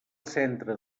centre